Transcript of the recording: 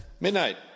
Midnight